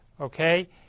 Okay